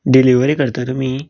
delivery करता तुमी